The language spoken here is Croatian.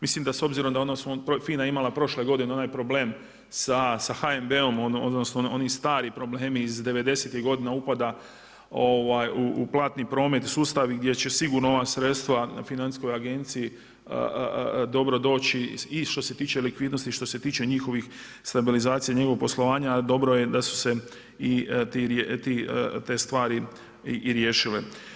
Mislim da s obzirom, FINA je imala prošle godine onaj problem sa HNB-om, odnosno oni stari problemi iz 90-tih godina upada u platni promet i sustav gdje će sigurno ova sredstva Financijskoj agenciji dobro doći i što se tiče likvidnosti i što se tiče stabilizacije njegovog poslovanja dobro je da su se te stvari i riješile.